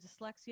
dyslexia